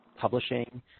publishing